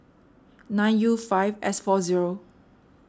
nine U five S four zero